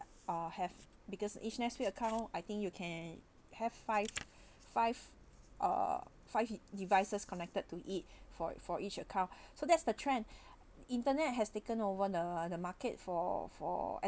uh have because each netflix account I think you can have five five uh five devices connected to it for for each account so that's the trend internet has taken over the the market for for